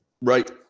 right